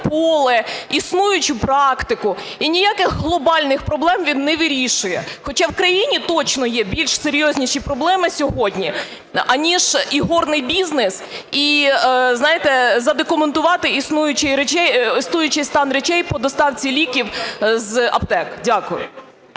поле існуючу практику і ніяких глобальних проблем він не вирішує. Хоча в країні точно є більш серйозніші проблеми сьогодні, аніж ігорний бізнес і, знаєте, задокументувати, існуючий стан речей по доставці ліків з аптек. Дякую.